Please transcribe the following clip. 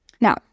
Now